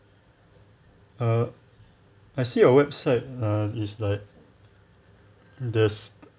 err I see your website err is like this